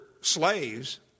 slaves